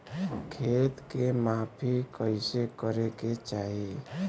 खेत के माफ़ी कईसे करें के चाही?